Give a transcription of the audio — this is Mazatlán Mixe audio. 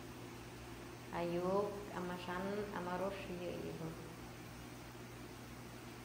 Ayu'uk, amaxa'an, amoru'ux yëyë dun.